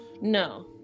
no